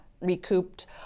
recouped